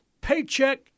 Paycheck